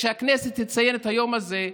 כשהכנסת תציין את היום הזה,